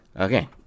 Okay